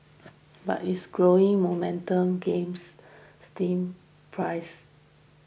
but its growing momentum games stem price